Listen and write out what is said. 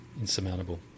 Insurmountable